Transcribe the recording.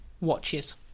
watches